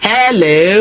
Hello